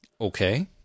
Okay